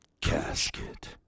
Casket